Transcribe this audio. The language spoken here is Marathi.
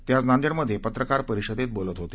ते आज नांदेड मध्ये पत्रकार परिषदेत बोलत होते